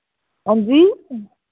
हां जी